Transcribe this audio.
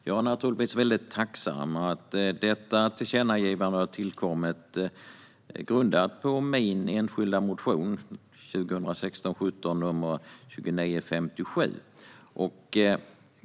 Jag är naturligtvis mycket tacksam över att detta tillkännagivande har tillkommit, grundat på min enskilda motion 2016/17:2957.